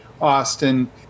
Austin